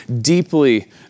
deeply